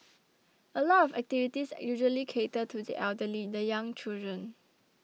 a lot of activities usually cater to the elderly the young children